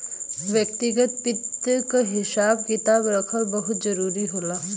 व्यक्तिगत वित्त क हिसाब किताब रखना बहुत जरूरी होला